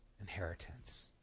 inheritance